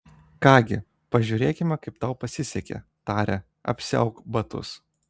ką gi pažiūrėkime kaip tau pasisekė tarė apsiauk batus